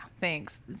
Thanks